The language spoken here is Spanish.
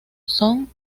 son